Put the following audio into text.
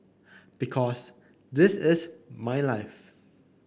because this is my life